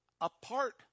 apart